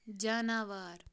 جاناوار